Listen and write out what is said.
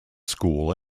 school